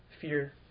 fear